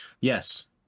Yes